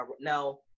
now